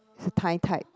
is the Thai type